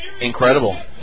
Incredible